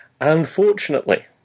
Unfortunately